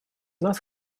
нас